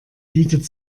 bietet